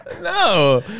no